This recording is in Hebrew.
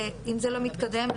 אם זה לא מתקדם,